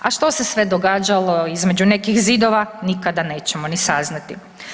A što se sve događalo između nekih zidova nikada nećemo ni saznati.